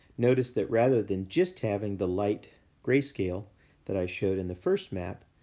notice that rather than just having the light gray scale that i showed in the first map,